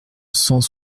cent